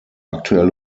aktuelle